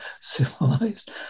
civilized